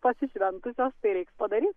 pasišventusios tai reiks padaryt